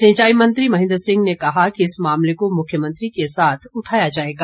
सिंचाई मंत्री महेन्द्र सिंह ने कहा कि इस मामले को मुख्यमंत्री के साथ उठाया जाएगा